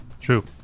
True